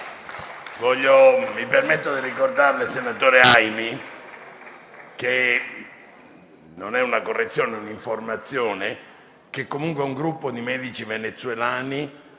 mi permetto di ricordarle - non è una correzione, ma un'informazione - che comunque un gruppo di medici venezuelani